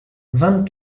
vingt